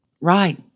Right